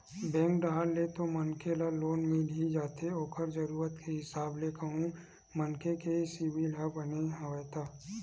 bank डाहर ले तो मनखे ल लोन मिल ही जाथे ओखर जरुरत के हिसाब ले कहूं मनखे के सिविल ह बने हवय ता